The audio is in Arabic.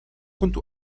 كنت